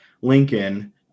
Lincoln